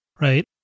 Right